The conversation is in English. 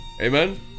Amen